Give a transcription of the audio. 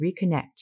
reconnect